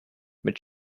but